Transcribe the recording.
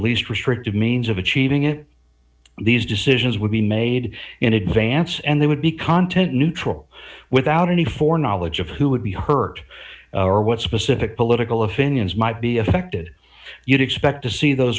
least restrictive means of achieving it these decisions would be made in advance and they would be content neutral without any for knowledge of who would be hurt or what specific political opinions might be affected you'd expect to see those